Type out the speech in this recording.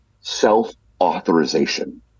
self-authorization